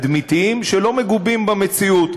תדמיתיים שלא מגובים במציאות.